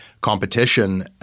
competition